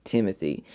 Timothy